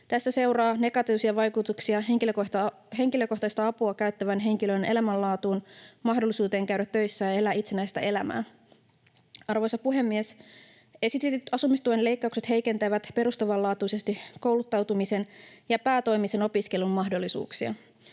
Tästä seuraa negatiivisia vaikutuksia henkilökohtaista apua käyttävän henkilön elämänlaatuun, mahdollisuuteen käydä töissä ja elää itsenäistä elämää. Arvoisa puhemies! Esitetyt asumistuen leikkaukset heikentävät perustavanlaatuisesti kouluttautumisen ja päätoimisen opiskelun mahdollisuuksia.